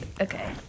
Okay